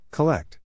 Collect